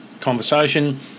conversation